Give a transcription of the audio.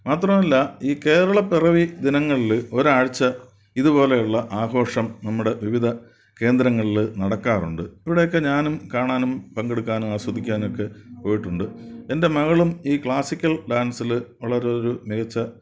മാത്രമല്ല ഈ കേരളപ്പിറവി ദിനങ്ങളിൽ ഒരാഴ്ച ഇതു പോലെയുള്ള ആഘോഷം നമ്മുടെ വിവിധ കേന്ദ്രങ്ങളിൽ നടക്കാറുണ്ട് ഇവിടെയൊക്കെ ഞാനും കാണാനും പങ്കെടുക്കാനും ആസ്വദിക്കാനൊക്കെ പോയിട്ടുണ്ട് എൻ്റെ മകളും ഈ ക്ലാസിക്കൽ ഡാൻസിൽ വളരെ ഒരു മികച്ച